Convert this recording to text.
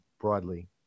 broadly